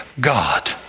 God